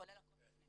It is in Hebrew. כולל הכל בפנים.